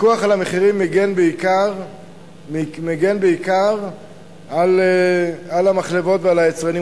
הפיקוח על המחירים מגן בעיקר על המחלבות ועל היצרנים.